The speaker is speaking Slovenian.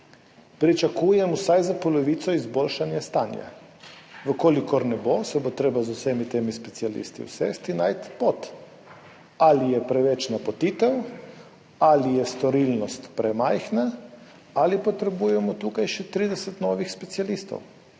stanja vsaj za polovico. V kolikor ne bo, se bo treba z vsemi temi specialisti usesti, najti pot. Ali je preveč napotitev ali je storilnost premajhna ali potrebujemo tukaj še 30 novih specialistov.